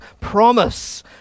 promise